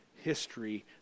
history